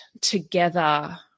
together